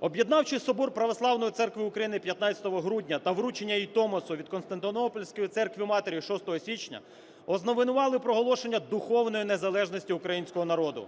Об'єднавчий Собор православної церкви України 15 грудня та вручення їй Томосу від Константинопольської церкви-матері 6 січня ознаменували проголошення духовної незалежності українського народу.